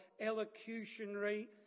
elocutionary